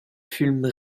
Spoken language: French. fume